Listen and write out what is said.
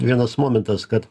vienas momentas kad